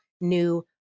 new